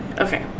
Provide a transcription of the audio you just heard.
Okay